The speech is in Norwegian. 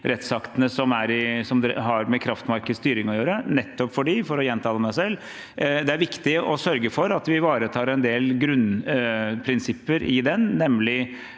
rettsaktene som har med kraftmarkedsstyring å gjøre, nettopp fordi – for å gjenta meg selv – det er viktig å sørge for at vi ivaretar en del grunnprinsipper i den, nemlig